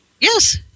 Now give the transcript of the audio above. Yes